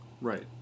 Right